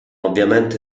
ovviamente